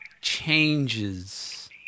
changes